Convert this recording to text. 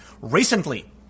recently